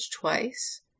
twice